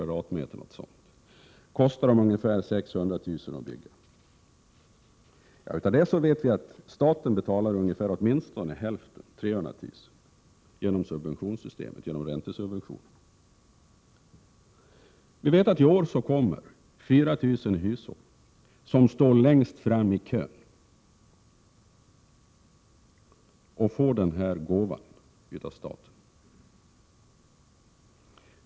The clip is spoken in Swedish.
och att de kostar ungefär 600 000 att bygga. Staten betalar då åtminstone hälften, 300 000, genom subventionssystemet, genom räntesubventionerna. I år kommer 4 000 hushåll som står längst fram i kön att få denna gåva av staten.